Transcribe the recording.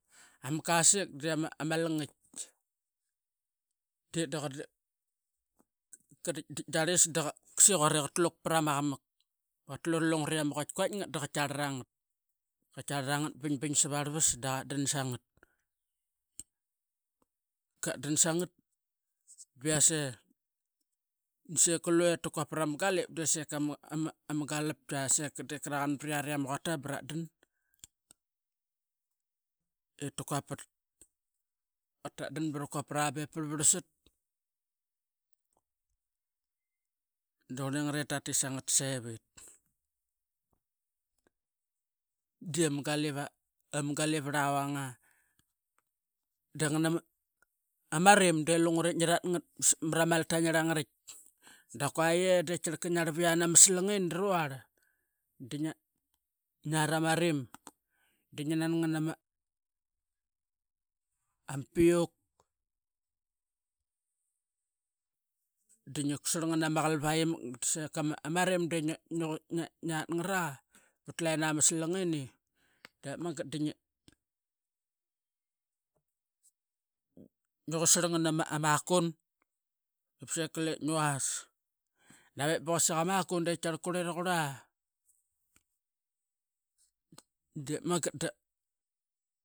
Ama kasik dema ama langit. Deda qa kadit tit darlis daqa qasiquat eqat luk prama qamak qatlu ralungure am qait kuait ngat da qa tiarlt angat ba binbin savarluas da ratdan sangat savuk sap mavatki dra ama nangina ratakmat pat da baraq ama quata dra dit pat. Ta dit para ngat be parlsat tatdan a rama kasik, ama ngarl mamga qatdan rama kasik, katit baqa manait tama kasik pama qaval, ama kasik diama dingit. Katit da qa qaditdit darlis daqa siquat eqa tluk ama qamak eqa tlu ralungare ama quait kuait ngat daqa tiar lat angat daqa ditdit savarvas da qatdan sangat. Katdan sangat, biase diseka lue ta quap parama galip diseka ama ama gulpgia e karl dep qa raqan iari ama quata bratdan, etakuapat, tatdan bra kuapara be parlsat. Duqurlingat ep tatit sangat sevit. Dia ama galip arlavanga. Da ngana ama rim de lungurep ngi ratngat mara maltain arla ngarit, daqua ye de tia qarlka ngia rlap ianama qavalini ruarl dingia. ngia rama rim dinginan batuganama ama piuk. Dingia katsarl nganama qalvai imak disekama rim de ngia ngi qutsarl ngiatngara pat tena masalang ini dep magat da ngi-ngia qutsarl ama makun ipseka ip ngi vas dave ba quasik amakun de tiarl qurli raqurla. Dep magat da.